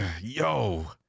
Yo